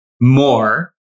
more